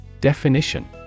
Definition